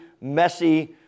messy